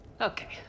Okay